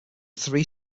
three